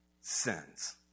sins